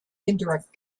indirect